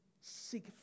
Seek